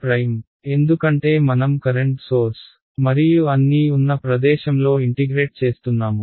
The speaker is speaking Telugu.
r ఎందుకంటే మనం కరెంట్ సోర్స్ మరియు అన్నీ ఉన్న ప్రదేశంలో ఇంటిగ్రేట్ చేస్తున్నాము